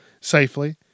safely